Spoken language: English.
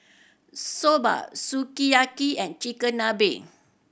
Soba Sukiyaki and Chigenabe